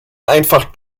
einfach